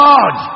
God